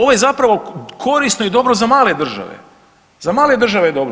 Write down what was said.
Ovo je zapravo korisno i dobro za male države, za male države je dobro.